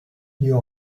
you